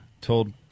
told